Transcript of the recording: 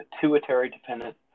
pituitary-dependent